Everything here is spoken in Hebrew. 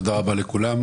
תודה רבה לכולם.